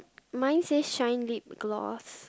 mine say shine lip gloss